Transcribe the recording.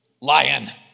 Lion